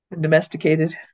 Domesticated